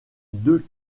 deux